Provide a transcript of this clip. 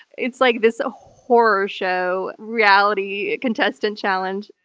it's like this ah horror show reality contestant challenge.